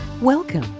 Welcome